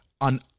on